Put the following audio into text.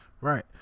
Right